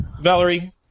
Valerie